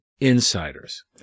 insiders